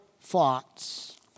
thoughts